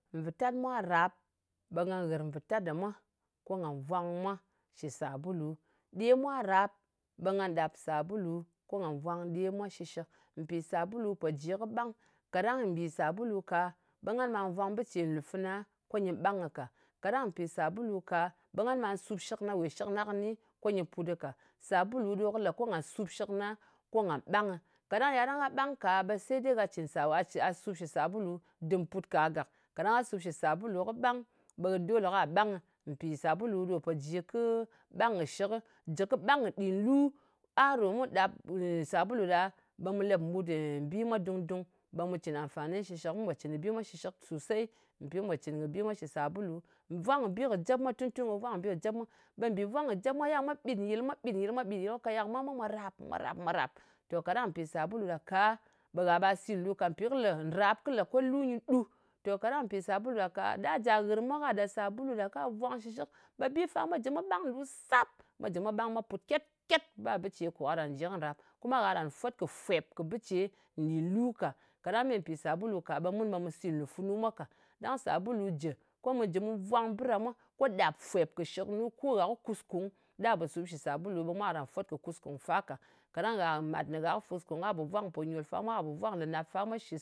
Vɨtat mwa rap, ɓe nga ghɨr vɨtat ɗa mwa, ko nga vwang mwa shɨ sabulu. Ɗe mwa rap, ɓe nga ɗap sàbulu, ko nga vwang ɗe mwa shɨshɨk. Mpì sabulu pò ji kɨ ɓang. Kaɗang mpì sabulu ka, ɓe ngan ɓa vwang bɨ ce nlù fana ko nyɨ bangnɨ ka. Kaɗang mpì sabulu ka, ɓe ngan ɓa sup shɨkna kɨni, ko nyɨ put ɗɨ ka. Sabulu ɗo kɨ lè ko ngà sup shɨkna, ko nga ɓangnɨ. Kaɗang ya ɗang gha ɓang ka, ɓe se de gha cɨn gha sup shɨ sabulu dɨm putka gàk. Kaɗang gha sup shɨ sabulu kɨ ɓang, ɓe dole ka ɓangnɨ. Mpì sabulu ɗo pò ji kɨ ɓang kɨ shɨk. Jɨ kɨ ɓang kɨ ɗin lu. A ɗo mu ɗap sabulu ɗa, ɓe mu lèp mbut bi mwa dung-dung. Ɓe mu cɨn amfani shɨshɨk. Mu pò cín kɨ bi mwa shɨshɨk sosey. Mpì mu po cɨn kɨ bi mwa shɨ sabulu. Vwang kɨ bi kɨ jep mwa, cɨn-cɨni, vwang kɨ bi kɨ jep mwa, ɓe mbì vwang kɨ jep mwa, mwa yal ɓe mwa ɓit nyɨl, mwa ɓit nyɨl, mwa ɓit nyɨl, ko kaya kɨ mwa mwā, mwà ràp, mwà ràp, mwà ràp. To kadang mpì sàbulu ɗa ka, ɓe gha ɓa sìt nlu ka. Mpì nrap kɨ lē nyɨ ɗu. To kaɗang mpì sàbulu ɗa ka, ɗa jà nghɨr mwa ka ɗa sàbulu ɗa ka vwang shɨshɨl, ɓe bi fa mwa jɨ mwa ɓang nlu sap. Mwa jɨ mwa ɓang mwa pùt ket-ket. Ba bɨ ce kò kɨ jɨ kɨ nrap. Kuma gha karan fwot kɨ fwèp kɨ bɨ ce nɗin lu ka. Kɑɗang me mpì sàbulu ka, ɓe mun ɓe mu sìt nlù funu mwa ka. Ko sàbulu jɨ, ko mu jɨ mu vwang bɨ ɗa mwa. Ko ɗàp fwèp kɨ shɨknu. Ko ghà kɨ kuskung ɗa po sup shɨ sàbulu ɓe mwa karan fwot kɨ kuskung fa ka. Kàɗang ghà màt ne gha kɨ kuskung, ka po vwang kɨ ponyol fa mwa, ka po vwang kɨ nɨnàp fa mwa shɨ